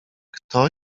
kto